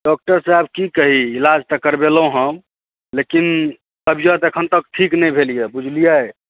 doctor साहेब की कही इलाज तऽ करवेलहुँ हम लेकिन तबियत एखन तक ठीक नहि भेल यऽ बुझलियै